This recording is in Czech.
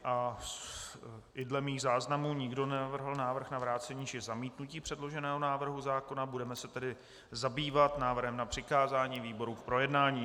Také dle mých záznamů nikdo nenavrhl návrh na vrácení či zamítnutí předloženého návrhu zákona, budeme se tedy zabývat návrhem na přikázání výborům k projednání.